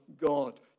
God